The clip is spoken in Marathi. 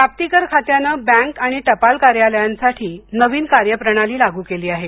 प्राप्तीकर खात्याने बँक आणि टपाल कार्यालयांसाठी नवीन कार्यप्रणाली लागु केली आहे